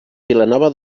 vilanova